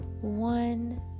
one